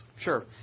Sure